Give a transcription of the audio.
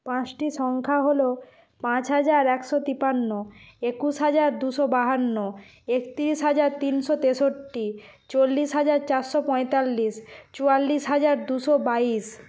পাঁচটি সংখ্যা হলো পাঁচ হাজার একশো তিপান্ন একুশ হাজার দুশো বাহান্ন একত্রিশ হাজার তিনশো তেষট্টি চল্লিশ হাজার চারশো পঁয়তাল্লিশ চুয়াল্লিশ হাজার দুশো বাইশ